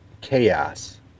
chaos